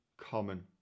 common